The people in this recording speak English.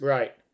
Right